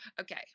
Okay